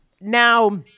Now